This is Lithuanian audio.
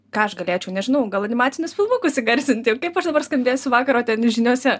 ką aš galėčiau nežinau gal animacinius filmukus įgarsinti kaip aš dabar skambėsiu vakaro žiniose